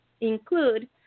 include